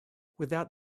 without